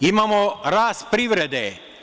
Imamo rast privrede.